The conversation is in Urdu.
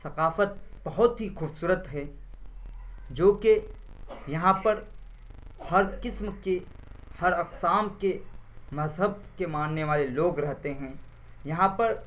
ثقافت بہت ہی خوبصورت ہے جوکہ یہاں پر ہر قسم کے ہر اقسام کے مذہب کے ماننے والے لوگ رہتے ہیں یہاں پر